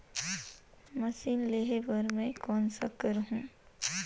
Machine लेहे बर मै कौन करहूं?